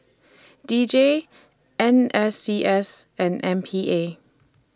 D J N S C S and M P A